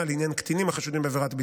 לעניין קטינים החשודים בעבירת ביטחון,